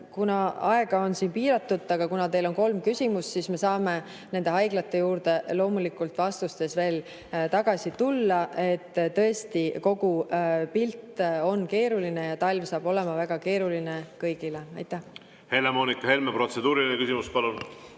osa. Aeg on siin piiratud, aga kuna teil on kolm küsimust, siis me saame vastustes haiglate juurde loomulikult veel tagasi tulla. Tõesti, kogupilt on keeruline ja talv saab olema väga keeruline kõigile. Helle‑Moonika Helme, protseduuriline küsimus, palun!